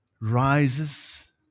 Rises